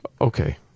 Okay